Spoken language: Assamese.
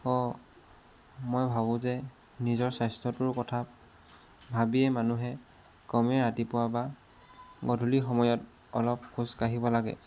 অঁ মই ভাবোঁ যে নিজৰ স্বাস্থ্যটোৰ কথা ভাবিয়ে মানুহে কমেও ৰাতিপুৱা বা গধূলি সময়ত অলপ খোজ কাঢ়িব লাগে